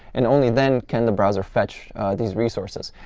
and only then can the browser fetch these resources,